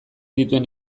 dituen